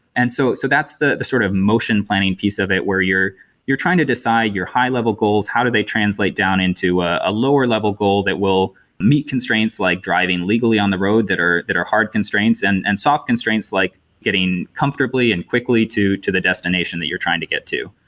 and so so that's the the sort of motion planning piece of it where you're trying to decide your high-level goals. how do they translate down into a ah lower level goal that will meet constraints like driving legally on the road that are that are hard constraints and and soft constraints like getting comfortably and quickly to to the destination that you're trying to get to?